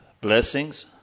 blessings